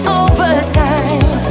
overtime